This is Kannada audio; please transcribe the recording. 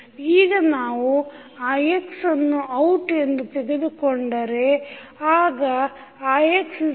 ಈಗ ನಾವು ix ಅನ್ನು ಔಟ್ ಎಂದು ತೆಗೆದುಕೊಂಡರೆ ಆಗ ixvR